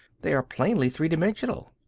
they are plainly three-dimensional.